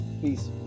peace